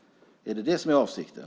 Är det det som är avsikten?